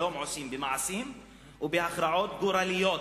שלום עושים במעשים ובהכרעות גורליות.